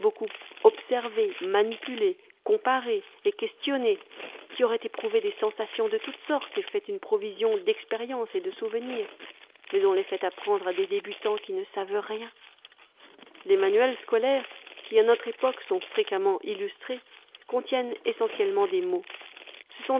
observé manipulé comparé et questionné qui auraient éprouvé des sensations de toute sorte et fait une provision d'expériences et de souvenirs mais on les fait apprendre à des débutants qui ne savent rien les manuels scolaires qui à notre époque sont fréquemment illustrés contiennent essentiellement des mots